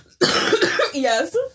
Yes